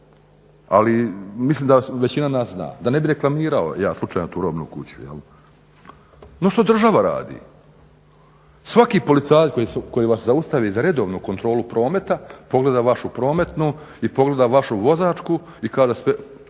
ali mislim da većina nas zna, da ne bi reklamirao ja slučajno tu robnu kuću. No što država radi? Svaki policajac koji vas zaustavi za redovnu kontrolu prometa, pogleda vašu prometnu i pogleda vašu vozačku i kada sve,